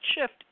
shift